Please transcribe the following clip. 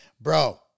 bro